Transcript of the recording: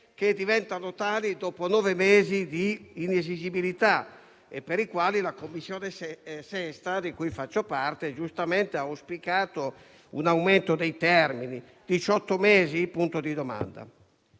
che diventano tali dopo nove mesi di inesigibilità e per i quali la 6a Commissione, di cui faccio parte, ha giustamente auspicato un aumento dei termini (magari a diciotto